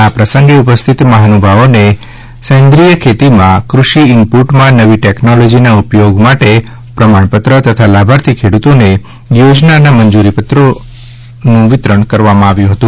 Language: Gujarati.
આ પ્રસંગે ઉપસ્થિત મહાનુભાવોને સેન્દ્રીય ખેતીમાં કૃષિ ઇનપુટમાં નવી ટેકનોલોજીના ઉપયોગ માટે પ્રમાણપત્ર તથા લાભાર્થી ખેડૂતોને યોજનાના મંજુરીપત્રો હુકમોનું વિતરણ કરાયું હતું